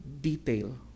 detail